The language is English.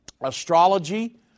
astrology